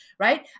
Right